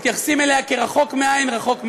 מתייחסים אליה כרחוק מהעין רחוק מהלב.